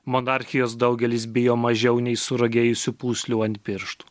monarchijos daugelis bijo mažiau nei suragėjusių pūslių ant pirštų